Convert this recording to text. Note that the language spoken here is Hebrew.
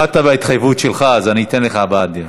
עמדת בהתחייבות שלך, אז אני אתן לך "בעדין".